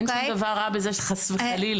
אין שום דבר רע בזה, חס וחלילה.